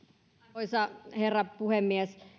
arvoisa herra puhemies